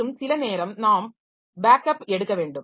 மற்றும் சில நேரம் நாம் பேக்கப் எடுக்க வேண்டும்